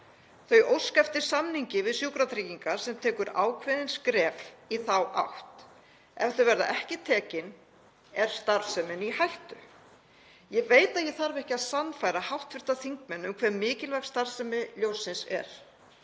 Þau óska eftir samningi við Sjúkratryggingar sem tekur ákveðin skref í þá átt. Ef þau verða ekki tekin er starfsemin í hættu. Ég veit að ég þarf ekki að sannfæra hv. þingmenn um hve mikilvæg starfsemi Ljóssins er